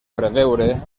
preveure